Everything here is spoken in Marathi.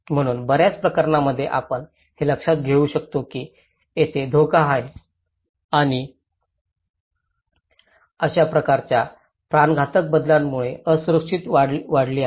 म्हणून बर्याच प्रकरणांमध्ये आपण हे लक्षात घेऊ शकतो की तेथे धोका आहे आणि अशा प्रकारच्या प्राणघातक बदलांमुळे असुरक्षितता वाढली आहे